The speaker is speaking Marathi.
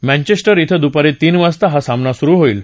मँचेस्टर धिं दुपारी तीन वाजता हा सामना सुरु होईल